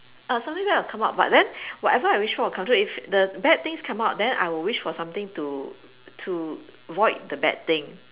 ah something bad will come out but then whatever I wish for will come true if the bad things come out then then I will wish for something to to void the bad thing